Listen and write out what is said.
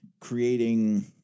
creating